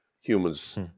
humans